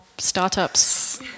startups